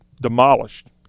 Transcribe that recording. demolished